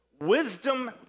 Wisdom